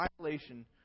violation